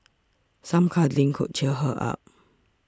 some cuddling could cheer her up